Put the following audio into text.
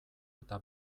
eta